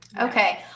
Okay